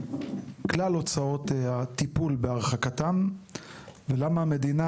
כלל הוצאות הטיפול בהרחקתם ולמה המדינה,